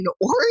orange